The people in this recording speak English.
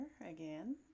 again